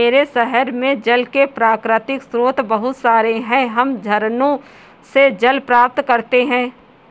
मेरे शहर में जल के प्राकृतिक स्रोत बहुत सारे हैं हम झरनों से जल प्राप्त करते हैं